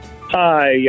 Hi